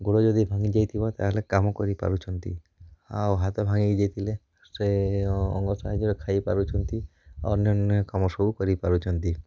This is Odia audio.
ଗୋଡ଼ ଯଦି ଭାଙ୍ଗିଯାଇଥିବ ତାହେଲେ କାମ କରି ପାରୁଛନ୍ତି ଆଉ ହାତ ଭାଙ୍ଗି ଯାଇଥିଲେ ସେ ଅଙ୍ଗ ସାହାଯ୍ୟରେ ଖାଇ ପାରୁଛନ୍ତି ଅନାନ୍ୟ କାମ ସବୁ କରି ପାରୁଛନ୍ତି